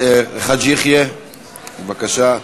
חאג' יחיא, בבקשה.